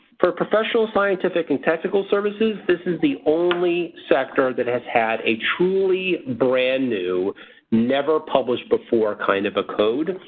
for professional scientific and technical services this is the only sector that has had a truly brand-new never published before kind of a code,